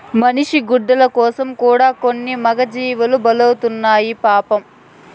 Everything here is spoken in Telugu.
మనిషి గుడ్డల కోసం కూడా కొన్ని మూగజీవాలు బలైతున్నాయి పాపం